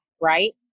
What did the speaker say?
right